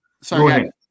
Sorry